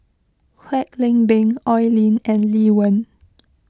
Kwek Leng Beng Oi Lin and Lee Wen